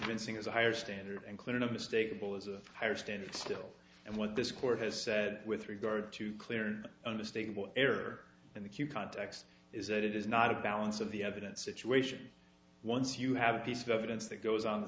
and sing as a higher standard including a mistake people is a higher standard still and what this court has said with regard to clear understandable error in the q context is that it is not a balance of the evidence situation once you have a piece of evidence that goes on the